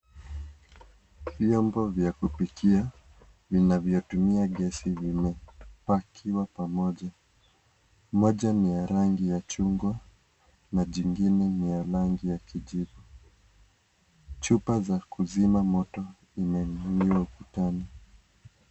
Vyombo vya kupikia vinavyotumia gesi vimepakiwa pamoja. Moja ni ya rangi ya chungwa na jingine ni la rangi ya kijivu. Chupa za kuzima moto imening'inia ukutani.